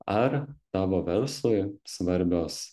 ar tavo verslui svarbios